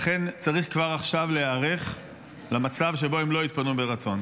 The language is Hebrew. לכן צריך כבר עכשיו להיערך למצב שהם לא יתפנו מרצון.